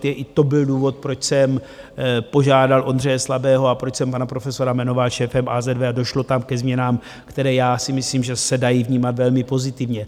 I to byl důvod, proč jsem požádal Ondřeje Slabého a proč jsem pana profesora jmenoval šéfem AZV a došlo tam ke změnám, které já si myslím, že se dají vnímat velmi pozitivně.